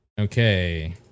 Okay